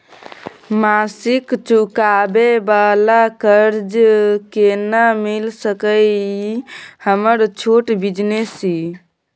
मासिक चुकाबै वाला कर्ज केना मिल सकै इ हमर छोट बिजनेस इ?